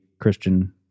Christian